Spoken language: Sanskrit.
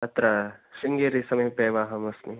तत्र शृङ्गेरी समीपे एव अहमस्मि